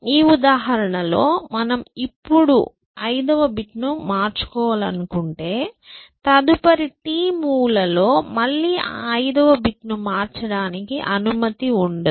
ఈ ఉదాహరణలో మనము ఇప్పుడు ఐదవ బిట్ను మార్చుకోవాలనుకుంటే తదుపరి t మూవ్ లలో మళ్ళి ఆ ఐదవ బిట్ను మార్చడానికి అనుమతి ఉండదు